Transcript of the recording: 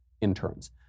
interns